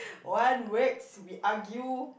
one weeks we argue